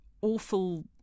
awful